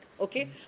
okay